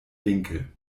winkel